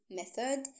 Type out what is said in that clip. method